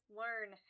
learn